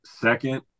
second